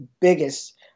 biggest